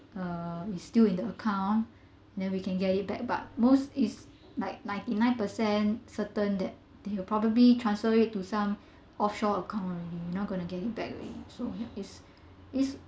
uh it's still in the account then we can get it back but most it's like ninety nine percent certain that they'll probably transferred it to some offshore account already you're not going to get it back already so ya it's it's